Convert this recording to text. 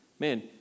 Man